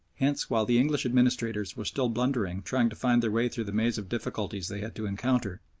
hence, while the english administrators were still blunderingly trying to find their way through the maze of difficulties they had to encounter,